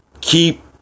keep